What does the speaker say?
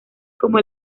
como